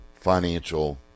financial